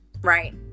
right